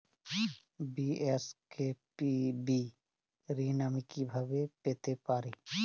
BSKB ঋণ আমি কিভাবে পেতে পারি?